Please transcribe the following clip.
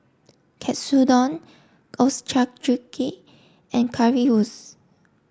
Katsudon Ochazuke and Currywurst